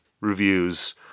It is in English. reviews